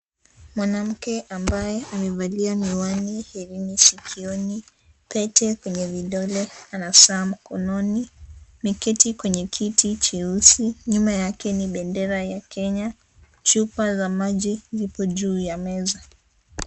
Mwanamke ambaye amevalia miwani ,herini sikioni pete kwenye vidole ana saa mkononi ameketi kwenye kiti cheusi nyuma yake ni bendera ya Kenya. Chupa ya maji ipo juu ya meza.